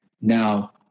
now